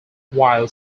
while